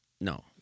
No